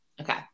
Okay